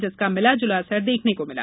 जिसका मिलाजुला असर देखने को मिला